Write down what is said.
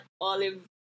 olive